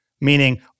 meaning